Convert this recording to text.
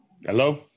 Hello